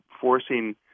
forcing